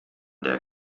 der